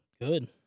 Good